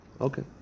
okay